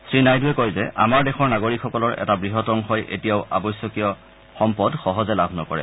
শ্ৰীনাইডুৱে কয় যে আমাৰ দেশৰ নাগৰিকসকলৰ এটা বৃহৎ অংশই এতিয়াও আৱশ্যকীয় সম্পদ সহজে লাভ নকৰে